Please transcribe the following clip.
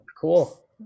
Cool